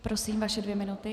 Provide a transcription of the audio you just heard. Prosím, vaše dvě minuty.